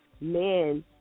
man